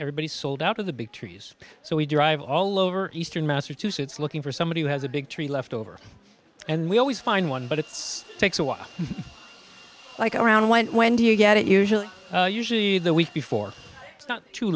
everybody sold out of the big trees so we drive all over eastern massachusetts looking for somebody who has a big tree left over and we always find one but it's takes a while like around when when do you get it usually usually the week before